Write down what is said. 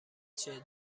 چیه